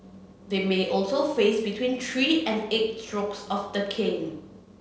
they may also face between three and eight strokes of the cane